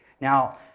Now